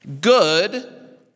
good